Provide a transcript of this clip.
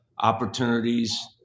opportunities